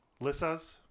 Lissa's